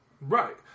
Right